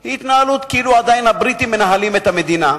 היא כאילו עדיין הבריטים מנהלים את המדינה,